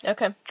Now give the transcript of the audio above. Okay